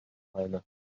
teile